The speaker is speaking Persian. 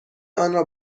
آنرا